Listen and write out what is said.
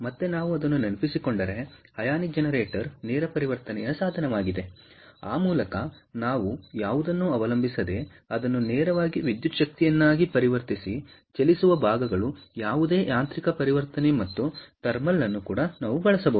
ಮತ್ತೆ ನಾವು ನೆನಪಿಸಿಕೊಂಡರೆ ಅಯಾನಿಕ್ ಜನರೇಟರ್ ನೇರ ಪರಿವರ್ತನೆ ಸಾಧನವಾಗಿದೆ ಆ ಮೂಲಕ ನಾವು ಯಾವುದನ್ನೂ ಅವಲಂಬಿಸದೆ ಅದನ್ನು ನೇರವಾಗಿ ವಿದ್ಯುತ್ ಶಕ್ತಿಯನ್ನಾಗಿ ಪರಿವರ್ತಿಸಿ ಚಲಿಸುವ ಭಾಗಗಳು ಯಾವುದೇ ಯಾಂತ್ರಿಕ ಪರಿವರ್ತನೆ ಮತ್ತು ಥರ್ಮಲ್ ಅನ್ನು ಬಳಸಬಹುದು